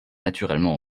naturellement